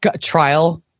trial